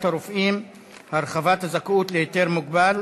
הרופאים (הרחבת הזכאות להיתר מוגבל),